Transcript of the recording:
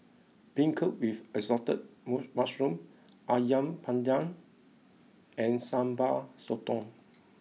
Beancurd with Assorted moss Mushrooms Ayam Panggang and Sambal Sotong